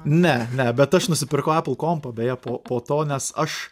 ne ne bet aš nusipirkau apple kompą beje po po to nes aš